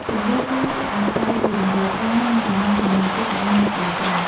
ជម្រើសគឺអាស្រ័យលើតម្រូវការ និងចំណង់ចំណូលចិត្តរបស់អ្នកប្រើប្រាស់។